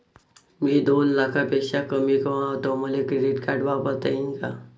मी दोन लाखापेक्षा कमी कमावतो, मले क्रेडिट कार्ड वापरता येईन का?